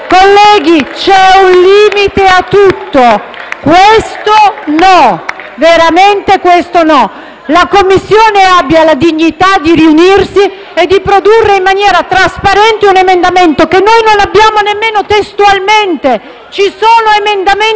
Colleghi, c'è un limite a tutto. Questo no! Veramente, questo no! La Commissione abbia la dignità di riunirsi e di produrre in maniera trasparente un emendamento, che noi ora non abbiamo neanche testualmente! Ci sono emendamenti